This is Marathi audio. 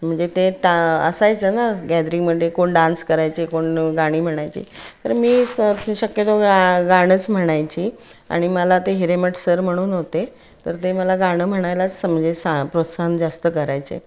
म्हणजे ते टा असायचं ना गॅदरिंगमध्ये कोण डान्स करायचे कोण गाणी म्हणायची तर मी स त शक्यतो गा गाणंच म्हणायची आणि मला ते हिरेमट सर म्हणून होते तर ते मला गाणं म्हणायलाच म्हणजे सा प्रोत्साहन जास्त करायचे